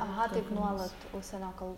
aha taip nuolat užsienio kalb